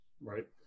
Right